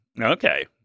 Okay